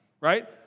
right